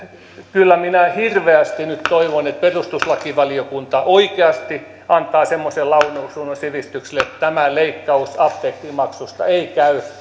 kyllä minä hirveästi nyt toivon että perustuslakivaliokunta oikeasti antaa semmoisen lausunnon sivistykselle että tämä leikkaus apteekkimaksusta ei